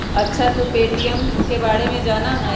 अच्छा तू पे.टी.एम के बारे में जाना हीं?